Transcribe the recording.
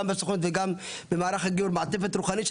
בסוכנות וגם במערך הגיור מעטפת רוחנית,